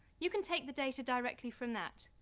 you can take the data directly from that.